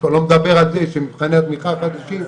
שלא לדבר על זה שמבחני התמיכה החדשים,